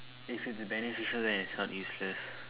if it's beneficial then it's not useless